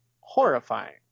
horrifying